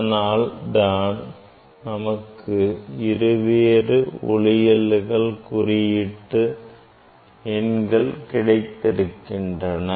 அதனால் தான் நமக்கு இருவேறு ஒளிவிலகல் குறியீட்டு எண்கள் கிடைக்கின்றன